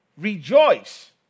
Rejoice